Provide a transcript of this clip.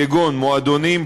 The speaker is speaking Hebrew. כגון מועדונים,